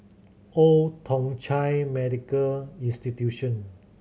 Old Thong Chai Medical Institution